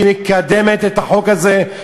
שאת מקדמת את החוק הזה.